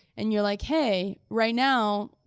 and you're like, hey, right now,